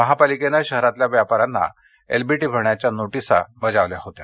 महापालिकेनं शहरातल्या व्यापाऱ्यांना एलबीटी भरण्याच्या नोटीसा बजावल्या होत्या